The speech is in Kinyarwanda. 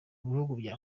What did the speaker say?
bya